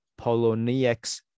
Poloniex